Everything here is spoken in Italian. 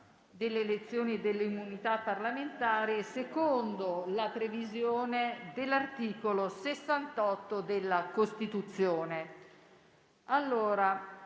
delle elezioni e delle immunità parlamentari secondo la previsione dell'articolo 68 della Costituzione.